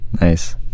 Nice